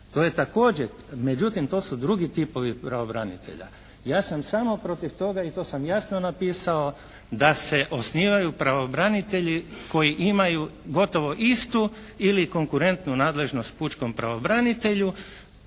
to je također. Međutim, to su drugi tipovi pravobranitelja. Ja sam samo protiv toga i to sam jasno napisao da se osnivaju pravobranitelji koji imaju gotovo istu ili konkurentnu nadležnost pučkom pravobranitelju